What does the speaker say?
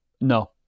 No